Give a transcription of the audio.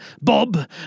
Bob